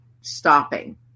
stopping